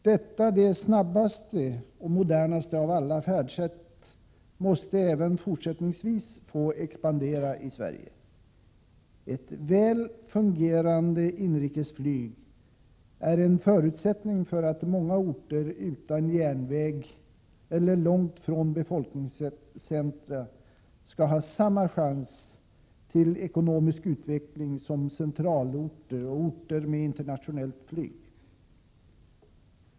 Detta det snabbaste och modernaste av alla färdsätt måste även fortsättningsvis få expandera i Sverige. Ett väl fungerande inrikesflyg är en förutsättning för att många orter utan järnväg eller belägna långt från befolkningscentra skall ha samma chans till ekonomisk utveckling som centralorter och orter med internationellt flyg.